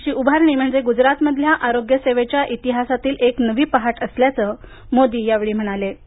एम्सची उभारणी म्हणजे गुजरातमधल्या आरोग्य सेवेच्या इतिहासातली एक नवी पहाट असल्याचं मोदी यावेळी म्हणाले